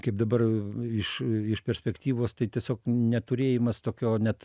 kaip dabar iš perspektyvos tai tiesiog neturėjimas tokio net